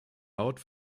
haut